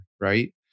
right